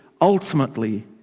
ultimately